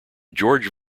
george